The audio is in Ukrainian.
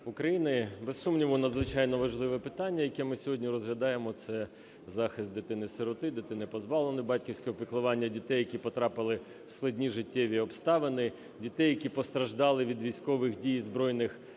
України! Без сумніву, надзвичайно важливе питання, яке ми сьогодні розглядаємо, - це захист дитини-сироти, дитини, позбавленої батьківського піклування, дітей, які потрапили в складні життєві обставини, дітей, які постраждали від військових дій, збройних конфліктів.